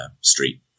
street